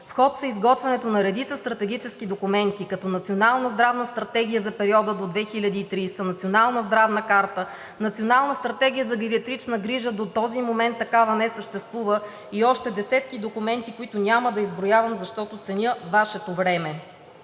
ход е изготвянето на редица стратегически документи, като Национална здравна стратегия за периода до 2030 г., Национална здравна карта, Национална стратегия за гериатрична грижа – до този момент такава не съществува, и още десетки документи, които няма да изброявам, защото ценя Вашето време.